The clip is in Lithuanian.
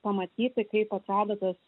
pamatyti kaip atrodo tas